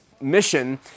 mission